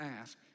ask